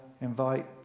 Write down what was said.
invite